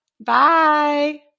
Bye